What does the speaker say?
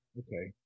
okay